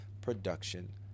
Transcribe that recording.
production